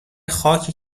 خاکی